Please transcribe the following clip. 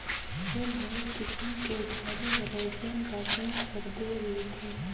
रीन ह एक किसम के उधारी हरय जेन ल बेंक ह दे रिथे